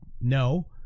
No